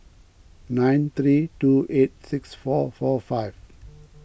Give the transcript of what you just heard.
nine three two eight six four four five